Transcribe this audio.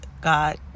God